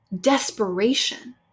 desperation